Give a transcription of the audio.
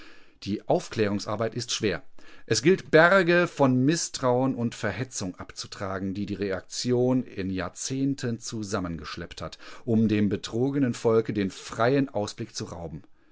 die aufklärungsarbeit ist schwer es gilt berge von mißtrauen und verhetzung abzutragen die die reaktion in jahrzehnten zusammengeschleppt hat um dem betrogenen volke den freien ausblick zu rauben